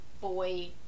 boy